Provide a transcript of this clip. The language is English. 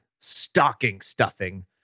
stocking-stuffing